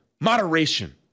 moderation